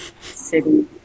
City